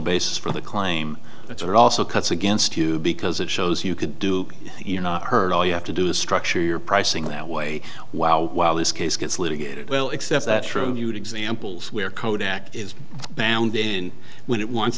basis for the claim that it also cuts against you because it shows you could do you not hurt all you have to do the structure your pricing that way while while this case gets litigated well except that show you examples where kodak is bound in when it wants